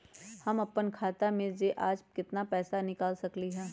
हम अपन खाता में से आज केतना पैसा निकाल सकलि ह?